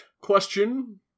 question